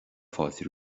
fáilte